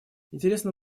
интересно